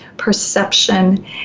perception